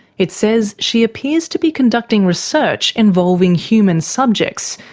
it says she appears to be conducting research involving human subjects,